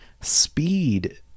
speed